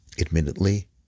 admittedly